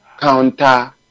counter